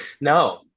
No